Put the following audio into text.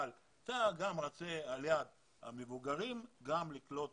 אבל ליד המבוגרים אתה רוצה לקלוט